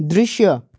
दृश्य